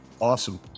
Awesome